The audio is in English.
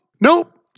Nope